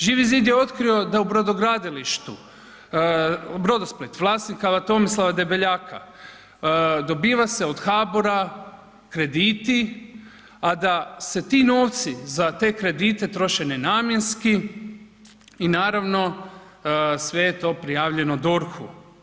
Živi zid je otkrio da u brodogradilištu Brodosplit, vlasnika Tomislava Debeljaka dobiva se od HBOR-a krediti a da se ti novci za te kredite troše nenamjenski i naravno sve je to prijavljeno DORH-u.